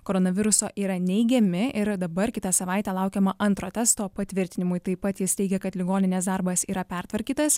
koronaviruso yra neigiami ir dabar kitą savaitę laukiama antro testo patvirtinimui taip pat jis teigia kad ligoninės darbas yra pertvarkytas